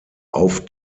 auf